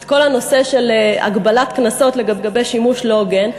את כל הנושא של הגבלת קנסות על שימוש לא הגון.